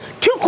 two